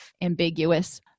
ambiguous